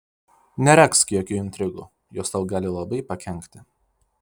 neregzk jokių intrigų jos tau gali labai pakenkti